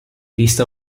vista